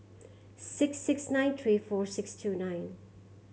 six six nine three four six two nine